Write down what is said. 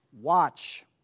watch